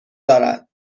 دارد